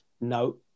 No